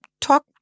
talk